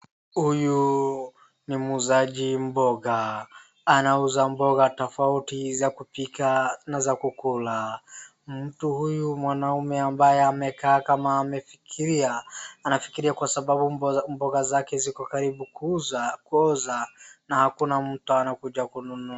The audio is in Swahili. Huyu ni muuzaji mboga, anauza mboga tofauti za kupika na za kukula. Mtu huyu mwanamme ambaye amekaa kama amefikiria, anafikiria kwa sababu mboga zake zikokaribu kuuza kuoza na hakuna mtu anakuja kununua.